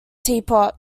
teapot